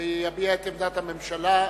ויביע את עמדת הממשלה.